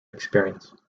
experience